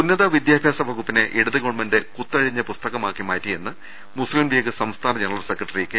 ഉന്നത വിദ്യാഭ്യാസ വകുപ്പിനെ ഇടതു ഗവൺമെന്റ് കുത്തഴിഞ്ഞ പുസ്തകമാക്കി മാറ്റിയെന്ന് മുസ്ലിംലീഗ് സംസ്ഥാന ജനറൽ സെക്രട്ടറി കെ